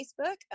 Facebook